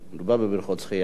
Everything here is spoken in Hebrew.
ומדובר בבריכות שחייה,